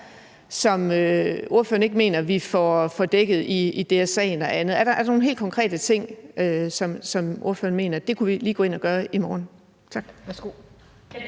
som ordføreren ikke mener vi får dækket i DSA'en og andet? Er der nogle helt konkrete ting, som ordføreren mener vi lige kunne gå ind at gøre i morgen? Tak.